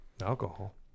Alcohol